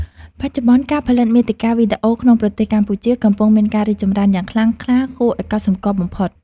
បច្ចុប្បន្ន ការផលិតមាតិកាវីដេអូក្នុងប្រទេសកម្ពុជាកំពុងមានការរីកចម្រើនយ៉ាងខ្លាំងក្លាគួរឱ្យកត់សម្គាល់បំផុត។